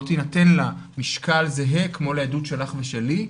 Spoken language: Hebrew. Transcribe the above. תינתן לה משקל זהה כמו לעדות שלך ושלי.